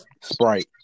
Sprite